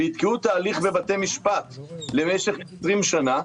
ויתקעו את ההליך בבתי משפט למשך 20 שנה,